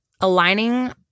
aligning